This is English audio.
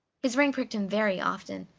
his ring pricked him very often,